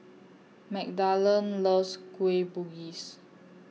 Magdalen loves Kueh Bugis